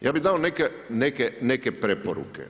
Ja bih dao neke preporuke.